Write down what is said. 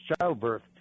childbirth